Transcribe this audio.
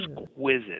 exquisite